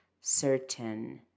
certain